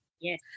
yes